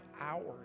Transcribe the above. hours